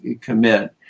commit